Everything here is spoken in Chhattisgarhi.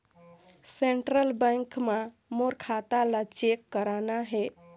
सेंट्रल बैंक मां मोर खाता ला चेक करना हे?